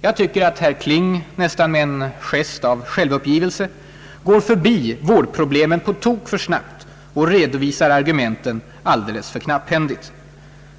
Jag tycker att herr Kling — nästan med en gest av självuppgivelse — går förbi vårdproblemet på tok för snabbt och redovisar argumenten alldeles för knapphändigt.